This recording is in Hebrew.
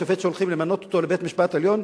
השופט שהולכים למנות לבית-המשפט העליון?